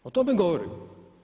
O tome govorimo.